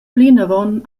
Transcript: plinavon